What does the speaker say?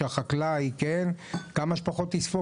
שהחקלאי יספוג כמה שפחות,